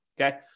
okay